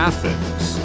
Athens